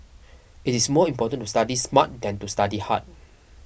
it is more important to study smart than to study hard